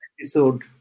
episode